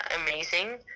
amazing